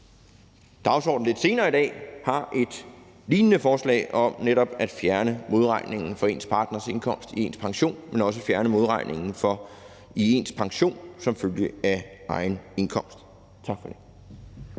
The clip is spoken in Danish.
partier lidt senere i dag har et lignende forslag på dagsordenen om ikke alene netop at fjerne modregningen for ens partners indkomst i ens pension, men også fjerne modregningen i ens pension som følge af egen indkomst. Tak for det.